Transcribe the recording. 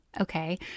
Okay